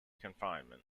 confinement